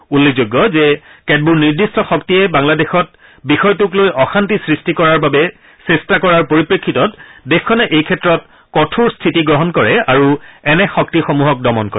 উল্লেখযোগ্য যে কেতবোৰ নিৰ্দিষ্ট শক্তিয়ে বাংলাদেশত বিষয়টোক লৈ অশান্তি সৃষ্টি কৰাৰ বাবে চেষ্টা কৰাৰ পৰিপ্ৰেক্ষিতত দেশখনে এই ক্ষেত্ৰত কঠোৰ স্থিতি গ্ৰহণ কৰে আৰু এনে শক্তিসমূহক দমন কৰে